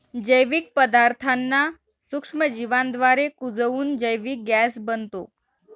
जैविक पदार्थांना सूक्ष्मजीवांद्वारे कुजवून जैविक गॅस बनतो